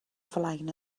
flaen